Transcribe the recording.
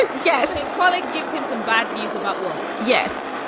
yes. his colleague gives him some bad news about work. yes.